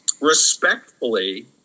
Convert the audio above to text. respectfully